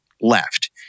left